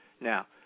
Now